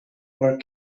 were